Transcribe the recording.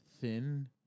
thin